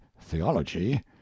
theology